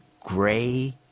gray